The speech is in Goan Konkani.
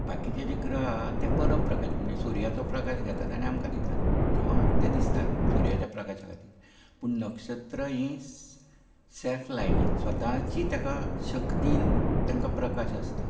बाकीचे जे ग्रह आहात ते परप्रकाशी म्हणजे सुर्याचे प्रकाश घेतात आनी आमकां दिसतात किंवा ते दिसतात सुर्याच्या प्रकाशा खातीर पूण नक्षत्र हीं सेल्फ लायटिंग स्वताची ताका शक्तीन तेंकां प्रकाश आसता